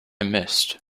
missed